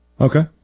Okay